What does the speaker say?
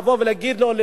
לבוא ולהגיד לליברמן: